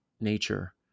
nature